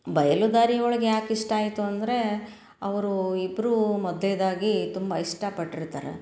ಬಯಲುದಾರಿಯೊಳಗೆ ಯಾಕೆ ಇಷ್ಟ ಆಯಿತು ಅಂದ್ರೆ ಅವ್ರು ಇಬ್ಬರೂ ಮೊದ್ಲ್ನೇದಾಗಿ ತುಂಬ ಇಷ್ಟಪಟ್ಟಿರ್ತಾರೆ